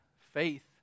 faith